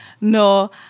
No